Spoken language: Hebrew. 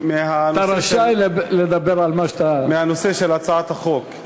אתה רשאי לדבר על מה שאתה, מהנושא של הצעת החוק.